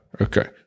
Okay